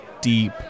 deep